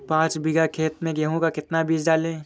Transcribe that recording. पाँच बीघा खेत में गेहूँ का कितना बीज डालें?